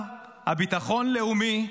ח"כ,